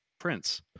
prince